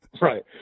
Right